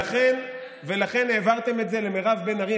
ולכן העברתם את זה למירב בן ארי.